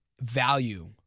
value